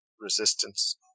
resistance